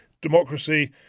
democracy